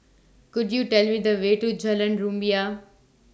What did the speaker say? Could YOU Tell Me The Way to Jalan Rumia